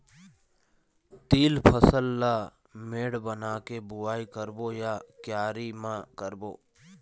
तील फसल ला मेड़ बना के बुआई करबो या क्यारी म करबो?